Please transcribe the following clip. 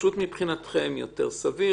פשוט מבחינתכם וסביר,